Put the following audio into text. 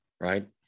right